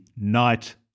night